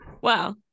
wow